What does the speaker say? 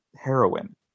heroin